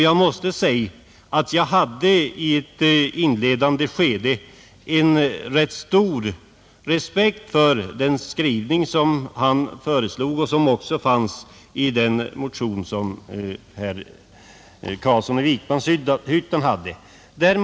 Jag måste säga att jag i ett inledande skede hade rätt stor respekt för den skrivning som herr Takman föreslog och som också finns i den motion som herr Carlsson i Vikmanshyttan väckt i frågan.